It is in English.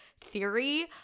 theory